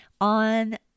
on